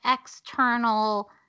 external